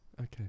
okay